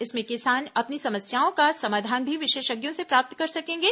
इसमें किसान अपनी समस्याओं का समाधान भी विशेषज्ञों से प्राप्त कर सकेंगे